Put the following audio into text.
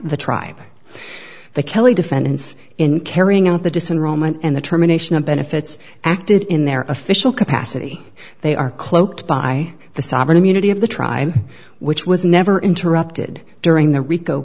the tribe the kelley defense in carrying out the disenroll and the termination of benefits acted in their official capacity they are cloaked by the sovereign immunity of the tribe which was never interrupted during the rico